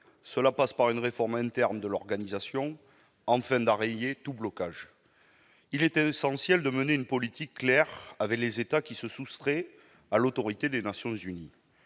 Cela passe par une réforme interne de l'organisation, afin d'enrayer tout blocage. Il est essentiel de mener une politique claire vis-à-vis des États qui se soustraient à l'autorité des Nations unies.